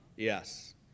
Yes